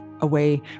away